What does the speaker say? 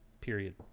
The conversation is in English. period